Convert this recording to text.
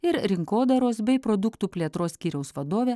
ir rinkodaros bei produktų plėtros skyriaus vadovė